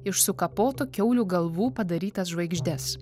iš sukapotų kiaulių galvų padarytas žvaigždes